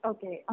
Okay